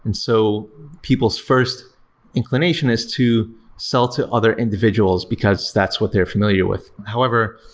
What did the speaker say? and so people's first inclination is to sell to other individuals, because that's what they're familiar with. however,